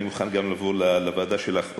אני מוכן גם לבוא לוועדה שלך,